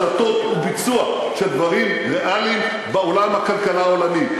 הפעולה הדרושה היא החלטות וביצוע של דברים ריאליים בעולם הכלכלה העולמי.